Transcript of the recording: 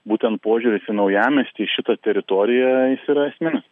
būtent požiūris į naujamiestį į šitą teritoriją jis yra esminis